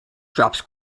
drops